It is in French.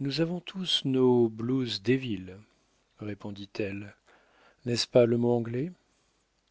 nous avons tous nos blues devils répondit-elle n'est-ce pas le mot anglais